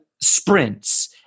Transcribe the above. sprints